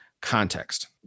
context